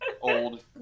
old